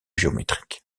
géométriques